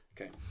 Okay